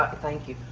thank you.